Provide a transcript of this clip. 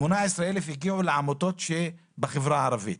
18,000 הגיעו לעמותות בחברה הערבית.